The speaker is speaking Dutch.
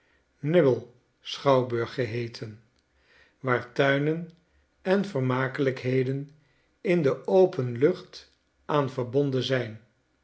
nible's schouwburg geheeten waar tuinen en vermakelijkheden in de open lucht aan verbonden zijn